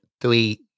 three